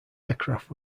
aircraft